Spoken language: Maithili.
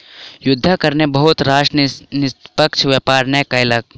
युद्धक कारणेँ बहुत राष्ट्र निष्पक्ष व्यापार नै कयलक